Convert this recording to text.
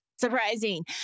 surprising